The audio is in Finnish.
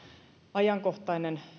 ajankohtainen